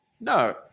No